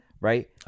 Right